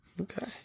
Okay